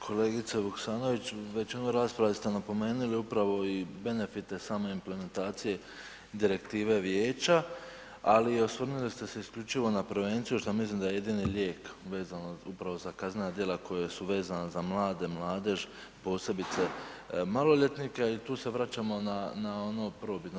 Kolegice Vuksanović u većini rasprava ste napomenuli upravo i benefite same implementacije Direktive vijeća, ali i osvrnuli ste se isključivo na prevenciju što mislim da je jedini lijek vezano upravo za kaznena djela koja su vezana za mlade, mladež, posebice maloljetnike, a i tu se vraćamo na ono prvobitno.